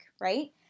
right